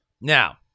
Now